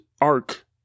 arc